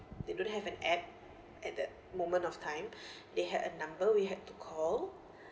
they don't have an app at that moment of time they had a number we had to call